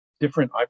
different